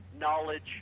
knowledge